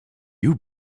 you